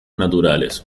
naturales